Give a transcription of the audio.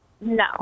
No